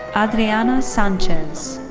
adriana sanchez.